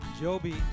Joby